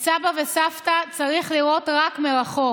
את סבא וסבתא צריך לראות רק מרחוק.